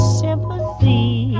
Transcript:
sympathy